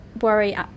worry